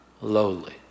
Lowly